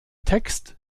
text